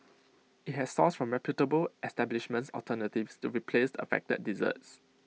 IT has sourced from reputable establishments alternatives to replace the affected desserts